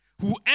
whoever